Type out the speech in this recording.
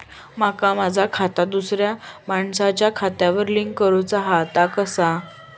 माका माझा खाता दुसऱ्या मानसाच्या खात्याक लिंक करूचा हा ता कसा?